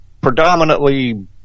predominantly